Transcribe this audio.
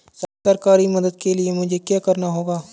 सरकारी मदद के लिए मुझे क्या करना होगा?